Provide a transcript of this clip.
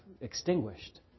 extinguished